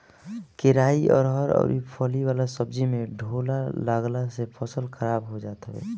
केराई, अरहर अउरी फली वाला सब्जी में ढोला लागला से फसल खराब हो जात हवे